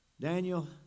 Daniel